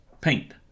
paint